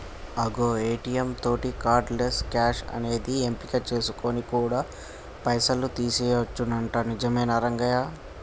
అగో ఏ.టీ.యం తోటి cardless cash అనేది ఎంపిక చేసుకొని కూడా పైసలు తీయొచ్చునంట నిజమేనా రంగయ్య